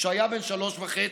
כשהיה בן שלוש וחצי.